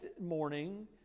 morning